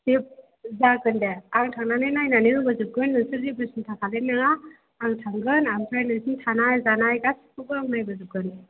बे जागोन दे आं थांनानै नायनानै होबोजोबगोन नोंसोर जेबो सिन्था खालामनो नाङा आं थांगोन ओमफ्राय नोंसोरनि थानाय जानाय गासैखौबो आं नायबोजोबगोन